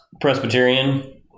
Presbyterian